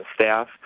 staff